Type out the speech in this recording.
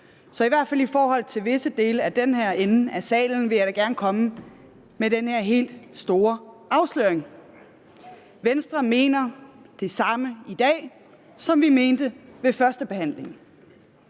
Så i hvert fald i forhold til visse dele af den her ende af salen vil jeg da gerne komme med den helt store afsløring: Venstre mener det samme i dag, som vi mente ved førstebehandlingen.